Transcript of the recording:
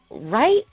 right